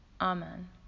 Amen